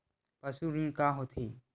पशु ऋण का होथे?